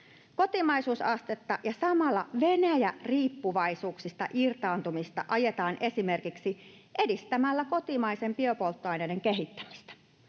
Kotimaisuusastetta ja samalla Venäjä-riippuvaisuuksista irtaantumista ajetaan esimerkiksi edistämällä kotimaisten biopolttoaineiden kehittämistä.